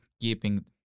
keeping